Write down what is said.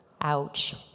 Ouch